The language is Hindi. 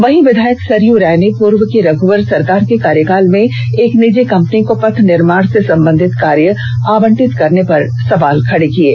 वहीं विधायक सरयू राय ने पूर्व की रघुवर सरकार के कार्यकाल में एक निजी कंपनी को पथ निर्माण से संबंधित कार्य आवटित करने पर सवाल खर्ड किये